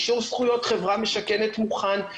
אישור זכויות חברה משכנת מוכן,